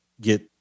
get